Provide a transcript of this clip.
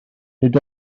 nid